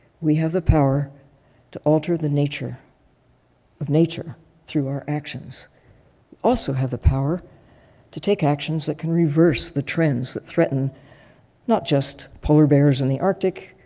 we have the power to alter the nature of nature through our actions. we also have the power to take actions that can reverse the trends that threaten not just polar bears in the arctic.